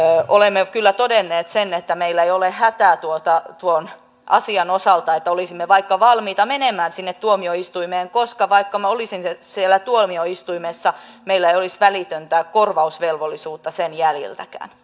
olemme kyllä todenneet sen että meillä ei ole hätää tuon asian osalta että olisimme vaikka valmiita menemään tuomioistuimeen koska vaikka me olisimme siellä tuomioistuimessa meillä ei olisi välitöntä korvausvelvollisuutta sen jäljiltäkään